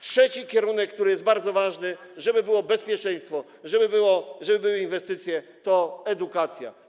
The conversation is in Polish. Trzeci kierunek, który jest bardzo ważny, żeby było bezpieczeństwo, żeby były inwestycje, to edukacja.